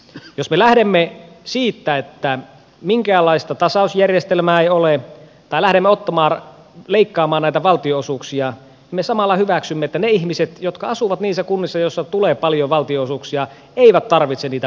jos me lähdemme siitä että minkäänlaista tasausjärjestelmää ei ole tai lähdemme leikkaamaan näitä valtionosuuksia me samalla hyväksymme sen että ne ihmiset jotka asuvat niissä kunnissa joissa tulee paljon valtionosuuksia eivät tarvitse niitä palveluita siellä